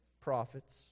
prophets